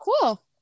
cool